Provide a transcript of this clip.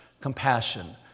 compassion